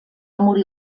morir